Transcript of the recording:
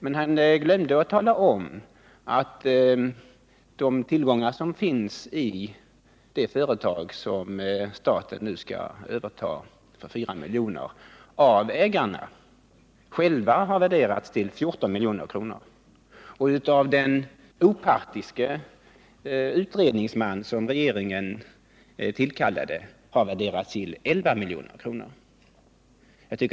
Men han glömde att tala om att de tillgångar som finns i det företag som staten nu skall överta för 4 milj.kr. av ägarna själva har värderats till 14 milj.kr. och av den opartiske utredningsman som regeringen tillkallat värderats till 11 milj.kr.